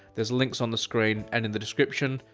there's links on the screen and in the description,